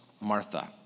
Martha